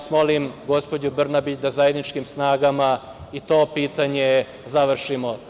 Molim vas, gospođo Brnabić, da zajedničkim snagama i to pitanje završimo.